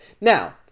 Now